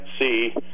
see